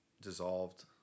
dissolved